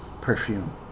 perfume